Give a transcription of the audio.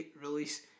release